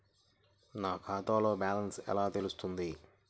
నా ఖాతాలో బ్యాలెన్స్ ఎలా తెలుస్తుంది?